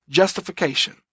Justification